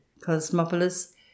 cosmopolis